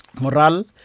morale